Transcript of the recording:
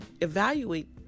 evaluate